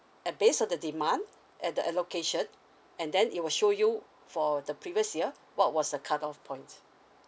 uh base on the demand and the allocation and then it will show you for the previous year what was the cut off point